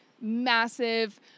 massive